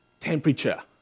temperature